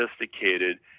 sophisticated